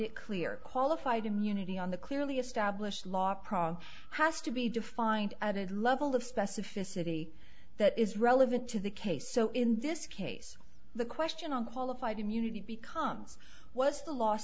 it clear qualified immunity on the clearly established law prong has to be defined added level of specificity that is relevant to the case so in this case the question on qualified immunity becomes was the last